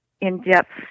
in-depth